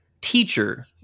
teacher